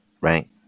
right